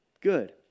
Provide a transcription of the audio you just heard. good